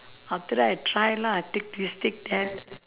after that I try lah take this take that